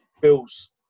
Bill's